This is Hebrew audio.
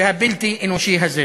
והבלתי-אנושי הזה.